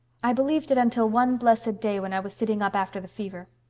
i believed it until one blessed day when i was sitting up after the fever.